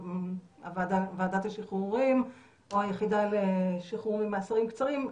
ועדת השחרורים או היחידה לשחרור ממאסרים קצרים.